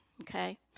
Okay